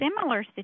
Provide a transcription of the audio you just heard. similar